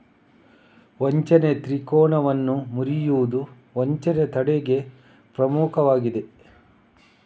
ವಂಚನೆ ತ್ರಿಕೋನವನ್ನು ಮುರಿಯುವುದು ವಂಚನೆ ತಡೆಗೆ ಪ್ರಮುಖವಾಗಿದೆ